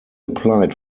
applied